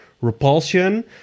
Repulsion